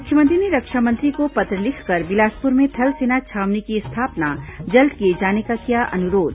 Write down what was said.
मुख्यमंत्री ने रक्षा मंत्री को पत्र लिखकर बिलासपुर में थल सेना छावनी की स्थापना जल्द किए जाने का किया अनुरोध